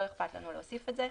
לא אכפת לנו להוסיף את זה.